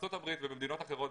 בארצות הברית ובמדינות אחרות,